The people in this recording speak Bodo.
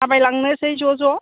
थाबायलांनोसै ज' ज'